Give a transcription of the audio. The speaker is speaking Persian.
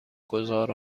گذار